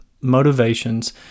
motivations